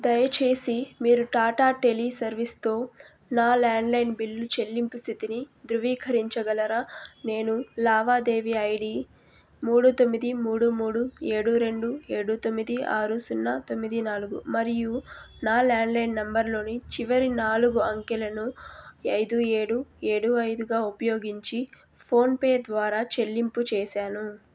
దయచేసి మీరు టాటా టెలీసర్వీస్తో నా ల్యాండ్లైన్ బిల్లు చెల్లింపు స్థితిని ధృవీకరించగలరా నేను లావాదేవీ ఐడి మూడు తొమ్మిది మూడు మూడు ఏడు రెండు ఏడు తొమ్మిది ఆరు సున్నా తొమ్మిది నాలుగు మరియు నా ల్యాండ్లైన్ నంబర్లోని చివరి నాలుగు అంకెలను ఐదు ఏడు ఏడు ఐదుగా ఉపయోగించి ఫోన్పే ద్వారా చెల్లింపు చేశాను